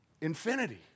Infinity